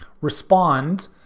respond